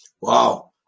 Wow